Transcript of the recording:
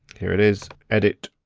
here it is, edit.